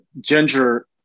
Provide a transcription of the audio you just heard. Ginger